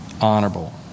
Honorable